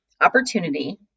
opportunity